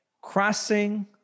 Crossing